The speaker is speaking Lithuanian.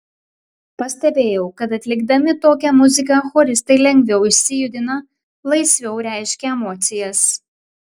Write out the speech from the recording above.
pastebėjau kad atlikdami tokią muziką choristai lengviau išsijudina laisviau reiškia emocijas